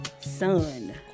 son